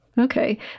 Okay